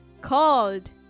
called